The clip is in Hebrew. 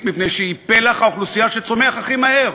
מפני שהיא פלח האוכלוסייה שצומח הכי מהר.